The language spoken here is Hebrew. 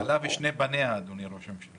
בעלה ושני בניה, אדוני ראש הממשלה.